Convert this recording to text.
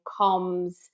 comms